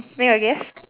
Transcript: make a guess